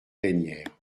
plénière